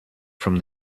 from